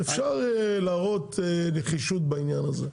אפשר להראות נחישות בעניין הזה.